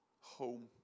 home